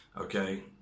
okay